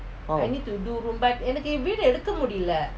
how